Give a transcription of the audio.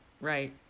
right